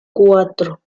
cuatro